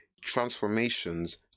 Transformations